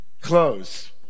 close